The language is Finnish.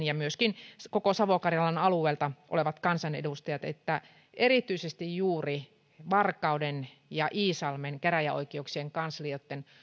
ja myöskin koko savo karjalan alueelta olevat kansanedustajat ovat tuoneet esille sen että erityisesti juuri varkauden ja iisalmen käräjäoikeuksien kanslioitten